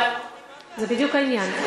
לא, זה בדיוק העניין.